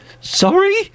Sorry